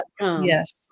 Yes